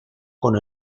con